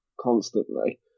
constantly